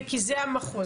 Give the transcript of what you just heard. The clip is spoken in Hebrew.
כי זה המחוז.